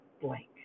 blank